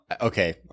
Okay